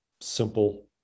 simple